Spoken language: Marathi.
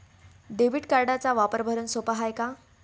डेबिट कार्डचा वापर भरनं सोप हाय का?